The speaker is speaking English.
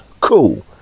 cool